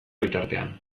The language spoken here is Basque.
bitartean